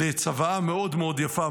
לצוואה מאוד מאוד יפה,